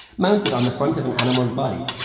mounted on the front of an animal's body.